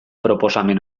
proposamen